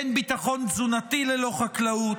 אין ביטחון תזונתי ללא חקלאות,